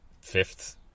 Fifth